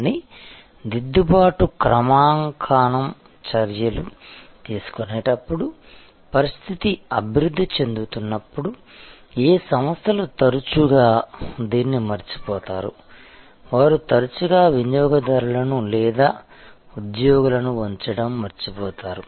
కానీ దిద్దుబాటు క్రమాంకనం చర్యలు తీసుకునేటప్పుడు పరిస్థితి అభివృద్ధి చెందుతున్నప్పుడు ఏ సంస్థలు తరచుగా దీన్ని మరచిపోతారు వారు తరచుగా వినియోగదారులను లేదా ఉద్యోగులను ఉంచడం మర్చిపోతారు